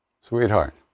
Sweetheart